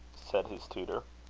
said his tutor.